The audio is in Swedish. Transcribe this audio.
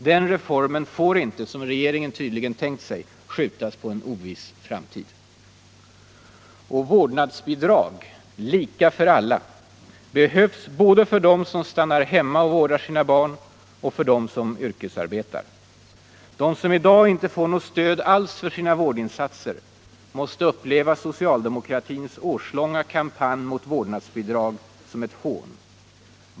Den reformen får inte, som regeringen tydligen tänkt sig, skjutas på en oviss framtid. Och vårdnadsbidrag, lika för alla, behövs både för dem som stannar hemma och vårdar sina barn och för dem som yrkesarbetar. De som i dag inte får något stöd alls för sina vårdinsatser måste uppleva so debatt debatt cialdemokratins årslånga kampanj mot vårdnadsbidrag som ett hån.